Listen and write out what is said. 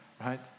right